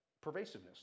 pervasiveness